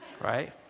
Right